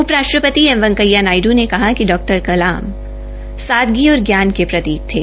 उप राष्ट्रपति एम वैकेया नायडू ने कहा कि डॉ कलाम सादगी और ज्ञान के प्रतीक थे